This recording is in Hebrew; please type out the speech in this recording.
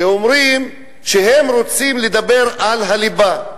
שאומרים שהם רוצים לדבר על הליבה.